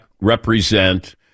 represent